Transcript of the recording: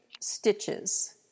stitches